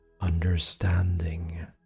understanding